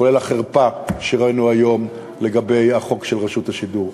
כולל החרפה שראינו היום לגבי החוק של רשות השידור,